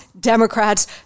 Democrats